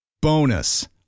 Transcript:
Bonus